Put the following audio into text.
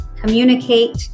communicate